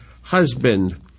husband